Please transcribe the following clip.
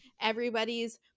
Everybody's